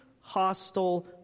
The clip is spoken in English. hostile